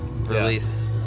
release